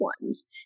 ones